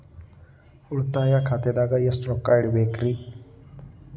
ಉಳಿತಾಯ ಖಾತೆದಾಗ ಎಷ್ಟ ರೊಕ್ಕ ಇಡಬೇಕ್ರಿ?